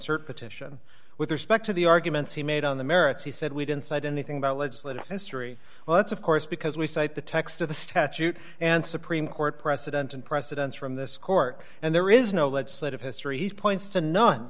cert petition with respect to the arguments he made on the merits he said we didn't cite anything about legislative history well that's of course because we cite the text of the statute and supreme court precedents and precedents from this court and there is no legislative history points to none